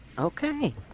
Okay